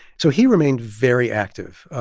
so he remained very active.